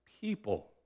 people